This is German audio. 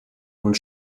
und